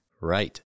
Right